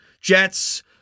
Jets